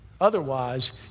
Otherwise